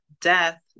death